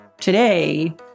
today